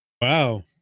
Wow